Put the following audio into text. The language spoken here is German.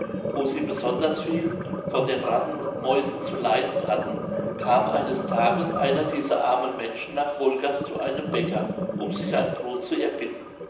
wo sie besonders viel von den ratten und mäusen zu leiden hatten kam eines tages einer dieser armen menschen nach wolgast zu einem bäcker um sich ein brod zu erbitten